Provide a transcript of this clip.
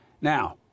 Now